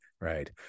right